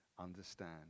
Understand